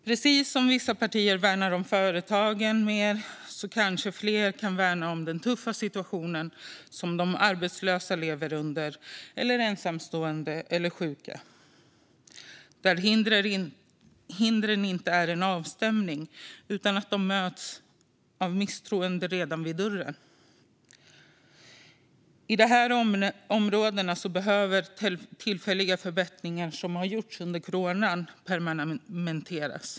Precis som vissa partier värnar mer om företagen kanske fler kan värna om arbetslösa, ensamstående eller sjuka i den tuffa situation som de lever i. Där utgörs inte hindren av en avstämning, utan de möts med misstroende redan vid dörren. På dessa områden behöver tillfälliga förbättringar som gjorts under coronapandemin permanentas.